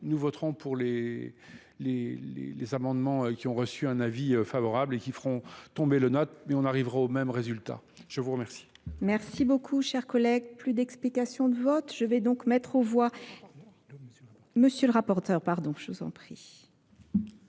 nous voterons pour les les amendements qui ont reçu un avis favorable et qui feront tomber le note, mais on arrivera au même résultat je vous remercie cher collègue plus d'explication de vote je vais donc mettre aux voix monsieur le rapporteur pardon je vous en prie